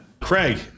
Craig